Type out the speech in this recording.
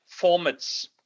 formats